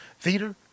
theater